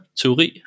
teori